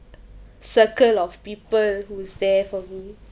circle of people who's there for me